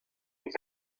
mis